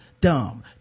Dumb